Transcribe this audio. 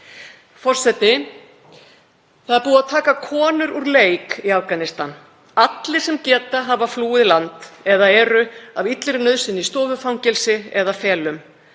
Forseti. Það er búið að taka konur úr leik í Afganistan. Allir sem geta hafa flúið land eða eru af illri nauðsyn í stofufangelsi eða felum.